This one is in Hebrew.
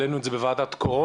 העלינו את זה בוועדת הקורונה,